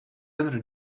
other